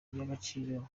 iby’agaciro